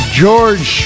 george